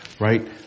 Right